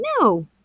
no